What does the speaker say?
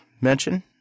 mention